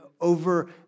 over